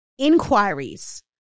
inquiries